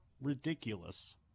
ridiculous